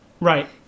Right